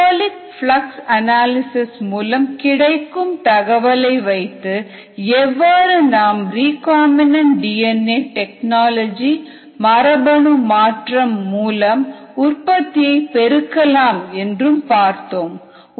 metabolic flux analysis மூலம் கிடைக்கும் தகவலை வைத்து எவ்வாறு நாம் ரிகாம்பினன்ட் டிஎன்ஏ டெக்னாலஜி மரபணு மாற்றம் மூலம் உற்பத்தியை பெருக்கலாம் என்று பார்த்தோம்